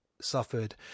suffered